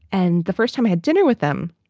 and the first time i had dinner with them,